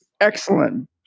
Excellent